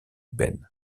ben